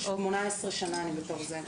18 שנה אני בתוך זה.